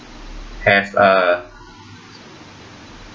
have a